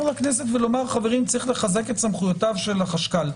לכנסת ולומר: צריך לחזק את סמכויות החשכ"ל,